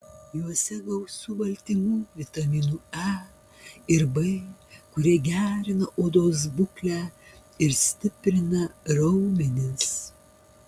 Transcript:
juose gausu baltymų vitaminų e ir b kurie gerina odos būklę ir stiprina raumenis